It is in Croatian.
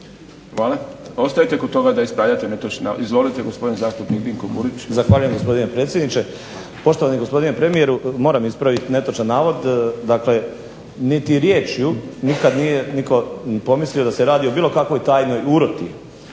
Hvala. Ostajete kod toga da ispravite netočan navod. Izvolite gospodine zastupnik Dinko Burić.